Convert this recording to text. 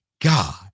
God